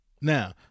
Now